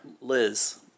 Liz